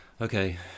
Okay